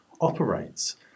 operates